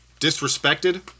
disrespected